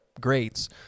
greats